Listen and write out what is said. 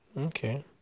Okay